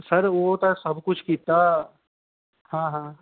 sir ओह् ते सब कुछ कीता हां हां